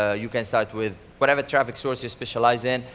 ah you can start with whatever traffic source you specialise in.